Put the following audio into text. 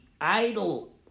idol